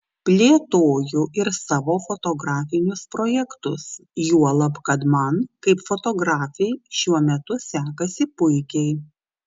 plėtoju ir savo fotografinius projektus juolab kad man kaip fotografei šiuo metu sekasi puikiai